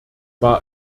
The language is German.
war